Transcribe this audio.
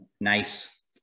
Nice